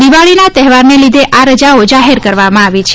દિવાળીના તહેવારને લીધે આ રજાઓ જાહેર કરવામાં આવી છે